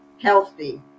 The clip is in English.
healthy